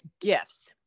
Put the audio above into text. gifts